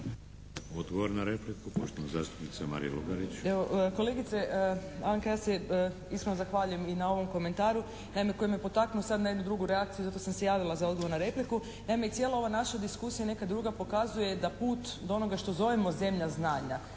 Odgovor na repliku, poštovana zastupnica Marija Lugarić.